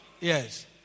Yes